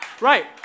Right